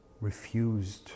refused